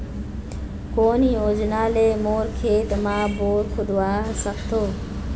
कोन योजना ले मोर खेत मा बोर खुदवा सकथों?